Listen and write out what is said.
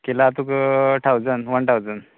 किला तुका ठावजंड वान ठावजंड